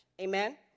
Amen